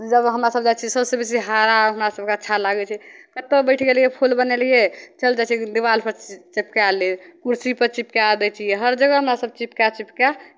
जब हमरासभ जाइ छियै सभसँ बेसी हरा हमरासभकेँ अच्छा लागै छै कतहु बैठि गेलियै फूल बनैलियै चलि जाइ छियै देवालपर चि चिपका लेब कुरसीपर चिपका दै छियै हर जगह हमरासभ चिपका चिपका